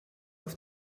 auf